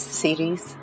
series